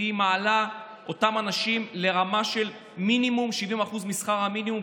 והיא מעלה את אותם אנשים לרמה של מינימום 70% משכר המינימום,